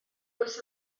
oes